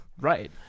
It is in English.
Right